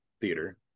theater